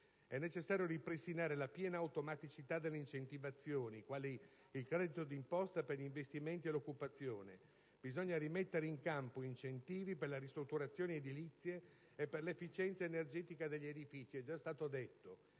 È necessario ripristinare la piena automaticità delle incentivazioni, quali il credito di imposta per gli investimenti e l'occupazione; bisogna rimettere in campo incentivi per le ristrutturazioni edilizie e per l'efficienza energetica degli edifici. Si tratta